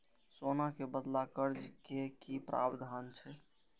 सोना के बदला कर्ज के कि प्रावधान छै?